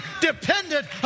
dependent